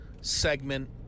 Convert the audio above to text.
segment